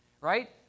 right